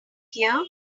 here